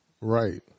Right